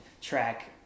track